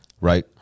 Right